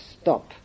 stop